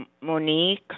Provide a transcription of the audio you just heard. Monique